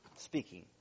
speaking